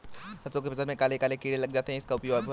सरसो की फसल में काले काले कीड़े लग जाते इसका उपाय बताएं?